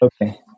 Okay